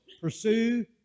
pursue